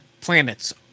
planets